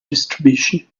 distribution